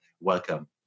Welcome